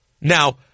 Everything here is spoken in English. Now